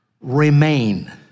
remain